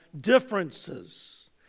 differences